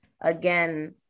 again